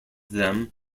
them